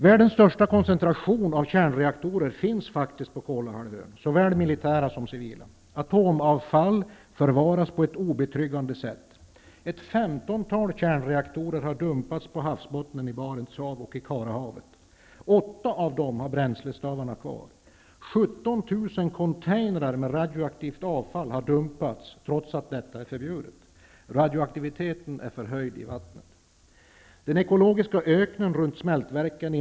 Världens största koncentration av kärnreaktorer, såväl militära som civila, finns på Kolahalvön. Atomavfall förvaras på ett obetryggande sätt. Ett femtontal kärnreaktorer har dumpats på havsbottnen i Barents hav och Karahavet. Åtta av dem har bränslestavarna kvar. 17 000 containrar med radioaktivt avfall har dumpats, trots att detta är förbjudet. Radioaktiviteten i vattnet är förhöjd.